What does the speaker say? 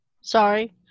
Sorry